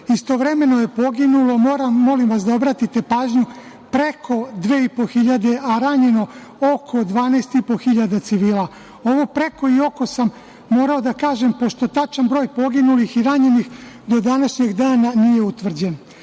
Istovremeno je poginulo, molim vas da obratite pažnju preko 2.500 hiljade, a ranjeno oko 12.500 hiljada civila. Ovo preko i oko sam morao da kažem pošto tačan broj poginulih i ranjenih do današnjeg dana nije utvrđen. Najveći